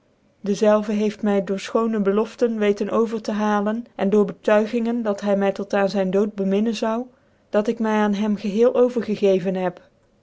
dezelve heeft my door ten neger j j door fchoone beloften weten over tc haaien en door betuigingen dat hy my tot aan zijn dood beminnen zou dat ik my aan hem geheel over gegc ven heb